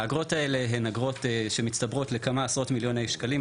האגרות האלה הן אגרות שמצטברות לכמה עשרות מיליוני שקלים.